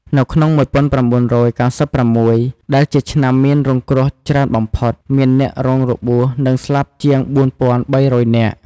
នៅក្នុង១៩៩៦ ដែលជាឆ្នាំមានជនរងគ្រោះច្រើនបំផុត មានអ្នករងរបួស និងស្លាប់ជាង ៤,៣០០ នាក់។